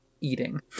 eating